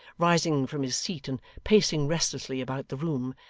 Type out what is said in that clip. rising from his seat, and pacing restlessly about the room.